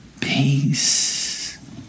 Peace